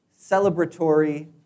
celebratory